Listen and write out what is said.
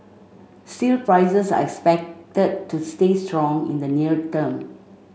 steel prices are expected to stay strong in the near term